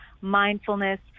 mindfulness